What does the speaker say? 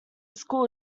school